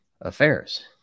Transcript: affairs